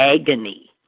agony